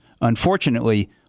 unfortunately